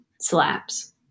slaps